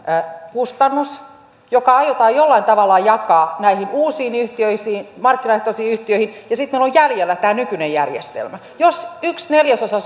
kustannus joka aiotaan jollain tavalla jakaa näihin uusiin yhtiöihin markkinaehtoisiin yhtiöihin ja sitten meillä on jäljellä tämä nykyinen järjestelmä jos yksi neljäsosa